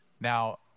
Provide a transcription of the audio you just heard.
Now